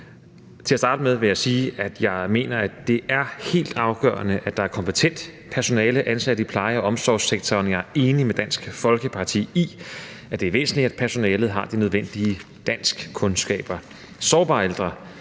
jeg mener, at det er helt afgørende, at der er kompetent personale ansat i pleje- og omsorgssektoren, og jeg er enig med Dansk Folkeparti i, at det er væsentligt, at personalet har de nødvendige danskkunskaber. Sårbare ældre